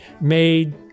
made